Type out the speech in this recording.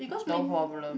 no problem